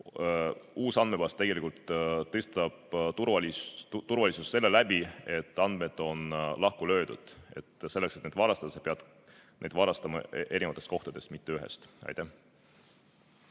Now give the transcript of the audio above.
uus andmebaas tegelikult tõstab turvalisust seeläbi, et andmed on lahku löödud ja selleks, et varastada, sa pead neid varastama erinevatest kohtadest, mitte ühest. Veel